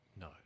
No